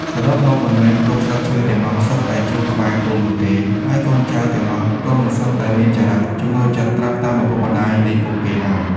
សរុបមកមិនមែនគ្រប់ស្លឹកឈើទាំងអស់សុទ្ធតែជ្រុះក្បែរគល់នោះទេ ហើយកូនចៅទាំងអស់ក៏មិនសុទ្ធតែមានចរិក ចំណូលចិត្តត្រាប់តាមឪពុកម្តាយនៃពួកគេឡើយ។